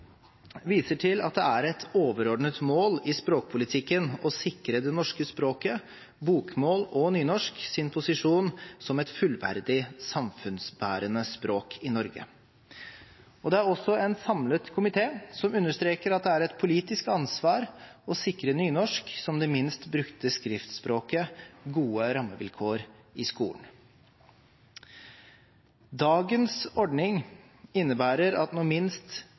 viser til at det er et overordnet mål i språkpolitikken å sikre det norske språket, bokmål og nynorsk, sin posisjon som et fullverdig samfunnsbærende språk i Norge. Det er også en samlet komité som understreker at det er et politisk ansvar å sikre nynorsk, som det minst brukte skriftspråket, gode rammevilkår i skolen. Dagens ordning innebærer at når minst